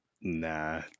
Nah